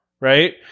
right